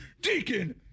Deacon